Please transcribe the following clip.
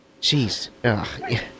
Jeez